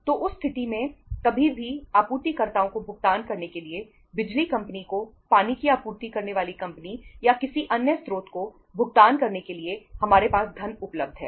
तो उस स्थिति में कभी भी आपूर्तिकर्ताओं को भुगतान करने के लिए बिजली कंपनी को पानी की आपूर्ति करने वाली कंपनी या किसी अन्य स्रोत को भुगतान करने के लिए हमारे पास धन उपलब्ध है